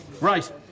Right